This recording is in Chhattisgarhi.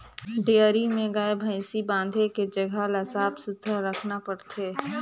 डेयरी में गाय, भइसी बांधे के जघा ल साफ सुथरा रखना परथे